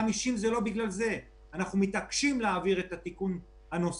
אבל מי שבאמת החזיק את החברה הערבית שלא התפשטה בה המחלה